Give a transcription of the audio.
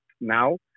now